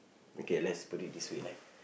okay let's put it this way ah